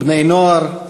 בני-נוער,